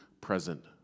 present